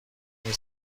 این